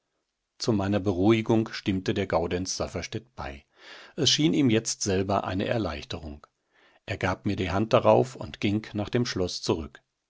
zu meiner beruhigung stimmte der gaudenz safferstatt bei es schien ihm jetzt selber eine erleichterung er gab mir die hand darauf und ging nach dem schloß zurück